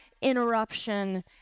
interruption